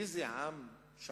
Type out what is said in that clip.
איזה עם שכן?